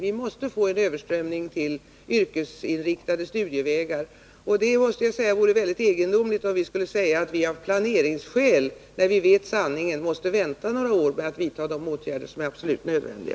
Vi måste få en överströmning till yrkesinriktade studievägar. Det vore, tycker jag, mycket egendomligt om vi skulle säga att vi av planeringsskäl — när vi vet sanningen — måste vänta några år med att vidta de åtgärder som är absolut nödvändiga.